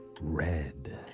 red